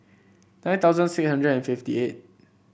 nine thousand six hundred and fifty eight